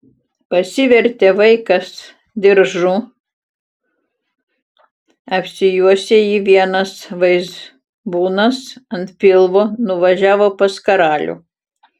pasivertė vaikas diržu apsijuosė jį vienas vaizbūnas ant pilvo nuvažiavo pas karalių